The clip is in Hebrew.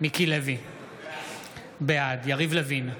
מיקי לוי, בעד יריב לוין,